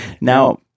Now